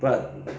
but